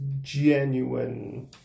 genuine